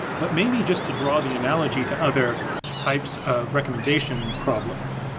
but maybe just to draw the analogy to other types of recommendation problems,